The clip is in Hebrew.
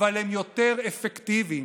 אבל הם יותר אפקטיביים.